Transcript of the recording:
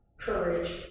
courage